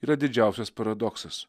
yra didžiausias paradoksas